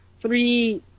three